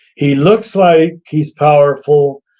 he looks like he's powerful,